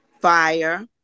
fire